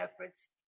efforts